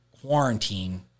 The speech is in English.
quarantine